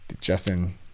Justin